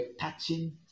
touching